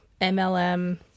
MLM